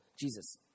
Jesus